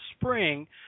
spring